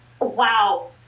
Wow